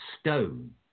stone